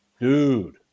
dude